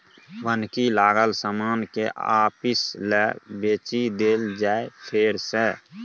बन्हकी लागल समान केँ आपिस लए बेचि देल जाइ फेर सँ